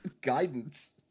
Guidance